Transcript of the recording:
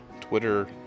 Twitter